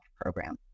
program